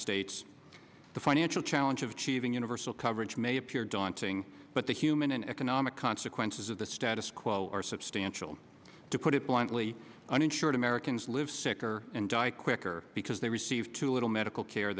states the financial challenge of achieving universal coverage may appear daunting but the human and economic consequences of the status quo are substantial to put it bluntly uninsured americans live sicker and die quicker because they receive too little medical care